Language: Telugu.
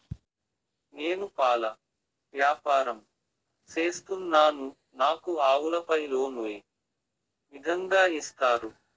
నేను పాల వ్యాపారం సేస్తున్నాను, నాకు ఆవులపై లోను ఏ విధంగా ఇస్తారు